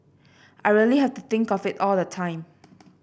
I really have to think of it all the time